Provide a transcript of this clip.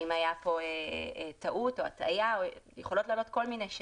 האם הייתה פה טעות או הטעיה וכן הלאה.